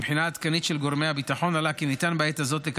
מבחינה עדכנית של גורמי הביטחון עלה כי בעת הזאת ניתן